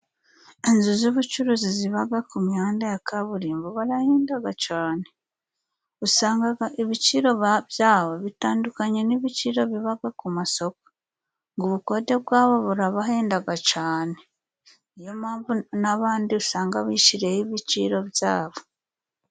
Inzu z'ubucuruzi zibaga ku mihanda ya kaburimbo barahendaga cane! Usangaga ibiciro byabo bitandukanye n'ibiciro bibaga ku masoko ngo ubukode bwabo burabahendaga cane! Ni yo mpamvu n'abandi usanga bishiriyeho ibiciro byabo.